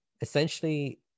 essentially